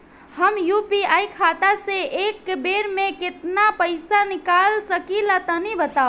हम यू.पी.आई खाता से एक बेर म केतना पइसा निकाल सकिला तनि बतावा?